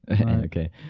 okay